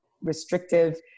restrictive